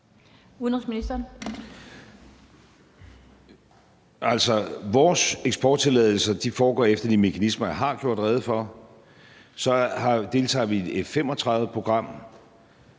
Rasmussen): Vores eksporttilladelser foregår efter de mekanismer, jeg har gjort rede for. Så deltager vi i et F-35-program,